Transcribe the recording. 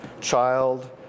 child